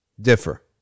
differ